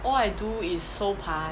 all I do is 收盘